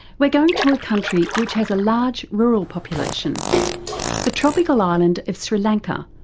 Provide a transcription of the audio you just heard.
we're going to a country which has a large rural population the tropical island of sri lanka.